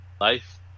life